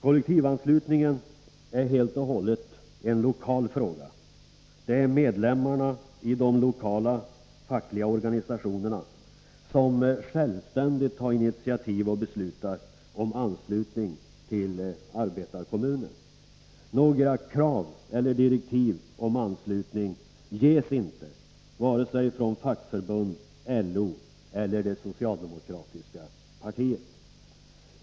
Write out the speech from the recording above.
Kollektivanslutningen är helt och hållet en lokal fråga. Det är medlemmarna i de lokala fackliga organisationerna som självständigt tar initiativ och beslutar om anslutning till arbetarekommunen. Några krav eller direktiv om anslutning ges inte, varken från fackförbund, från LO eller från det socialdemokratiska partiet.